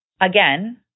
again